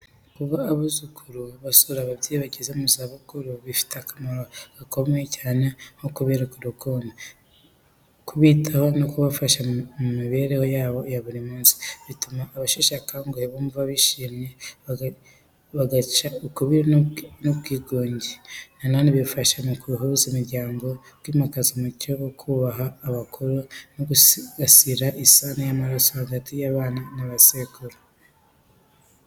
Kuba abuzukuru basura ababyeyi bageze mu zabukuru bifite akamaro gakomeye cyane nko kubereka urukundo, kubitaho no kubafasha mu mibereho yabo ya buri munsi. Bituma abasheshe akanguhe bumva bishimye, bagaca ukubiri n’ubwigunge. Na none bifasha mu guhuza imiryango, kwimakaza umuco wo kubaha abakuru no gusigasira isano y’amaraso hagati y’abana na ba sekuru.